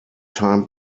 time